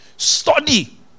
Study